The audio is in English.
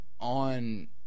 on